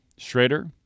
Schrader